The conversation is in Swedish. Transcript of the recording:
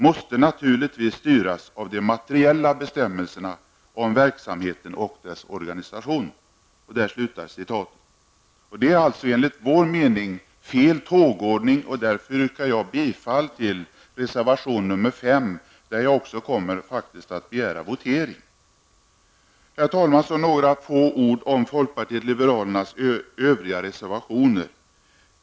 måste naturligtvis styras av de materiella bestämmelserna om verksamheten och dess organisation.'' Det är enligt vår mening fel tågordning, och därför yrkar jag bifall till reservation nr 5 där jag också kommer att begära votering. Herr talman! Så några ord om folkpartiet liberalernas övriga reservationer.